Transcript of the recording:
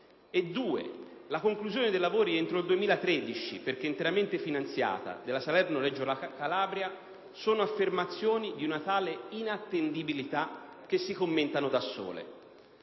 e sulla conclusione dei lavori entro il 2013, in quanto interamente finanziata, della tratta Salerno-Reggio Calabria, sono affermazioni di una tale inattendibilità da commentarsi da sole.